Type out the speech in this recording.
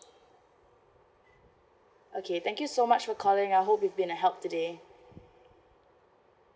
okay thank you so much for calling I hope we've been a help today